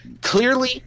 clearly